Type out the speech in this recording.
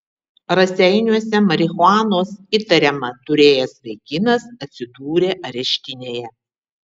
raseiniuose marihuanos įtariama turėjęs vaikinas atsidūrė areštinėje